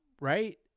Right